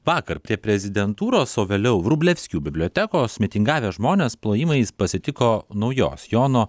vakar prie prezidentūros o vėliau vrublevskių bibliotekos mitingavę žmonės plojimais pasitiko naujos jono